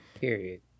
Period